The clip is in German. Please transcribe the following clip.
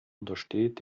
untersteht